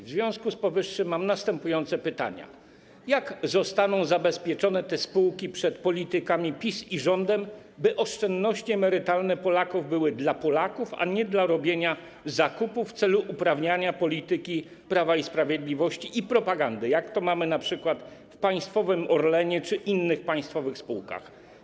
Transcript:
W związku z powyższym mam następujące pytania: Jak zostaną zabezpieczone te spółki przed politykami PiS i rządem, by oszczędności emerytalne Polaków były przeznaczone dla Polaków, a nie na robienie zakupów w celu uprawiania polityki Prawa i Sprawiedliwości i propagandy, jak to mamy np. w państwowym Orlenie czy innych państwowych spółkach?